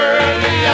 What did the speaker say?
early